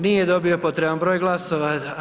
Nije dobio potreban broj glasova.